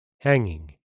hanging